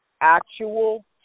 actual